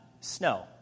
snow